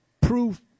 proof